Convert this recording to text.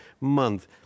month